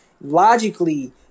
logically